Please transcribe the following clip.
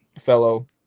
fellow